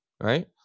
Right